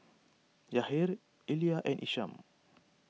Yahir Elia and Isam